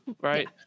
right